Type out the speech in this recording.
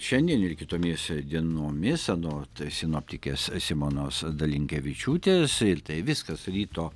šiandien ir kitomis dienomis anot sinoptikės simonos dalinkevičiūtės ir tai viskas ryto